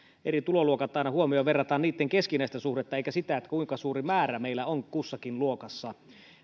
eri tuloluokat aina huomioon ja verrataan niitten keskinäistä suhdetta eikä sitä kuinka suuri määrä meillä on kussakin luokassa